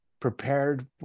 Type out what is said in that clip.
prepared